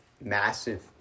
massive